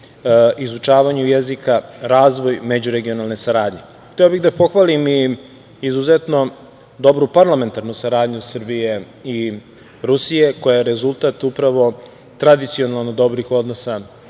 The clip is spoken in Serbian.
izučavanju jezika, razvoj međuregionalne saradnje. Hteo bih da pohvalim i izuzetno dobru parlamentarnu saradnju Srbije i Rusije koja je rezultat upravo tradicionalno dobrih odnosa